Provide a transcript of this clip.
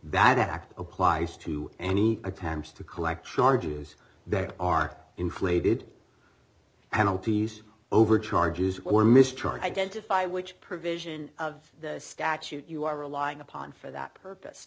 that act applies to any attempts to collect charges there are inflated penalties over charges or mr identify which provision of the statute you are relying upon for that purpose